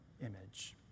image